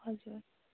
हजुर